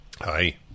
Hi